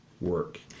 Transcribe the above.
work